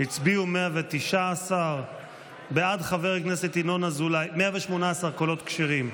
הצביעו 119. 118 קולות כשרים.